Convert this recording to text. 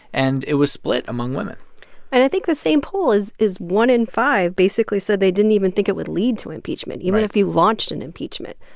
and it was split among women and i think the same poll is is one in five basically said they didn't even think it would lead to impeachment. right. even if you launched an impeachment.